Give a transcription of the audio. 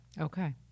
Okay